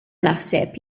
naħseb